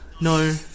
No